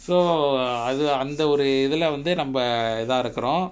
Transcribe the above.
so uh அது அந்த ஒரு இதுல வந்து நம்ம இதா இருக்குரோ:athu antha oru ithula vanthu namma ithaa irukuro